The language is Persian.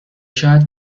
شاید